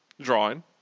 drawing